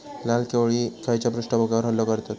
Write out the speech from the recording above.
लाल कोळी खैच्या पृष्ठभागावर हल्लो करतत?